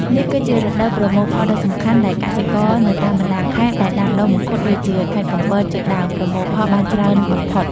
នេះគឺជារដូវប្រមូលផលដ៏សំខាន់ដែលកសិករនៅតាមបណ្ដាខេត្តដែលដាំដុះមង្ឃុតដូចជាខេត្តកំពតជាដើមប្រមូលផលបានច្រើនបំផុត។